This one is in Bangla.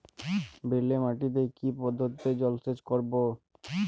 বেলে মাটিতে কি পদ্ধতিতে জলসেচ করব?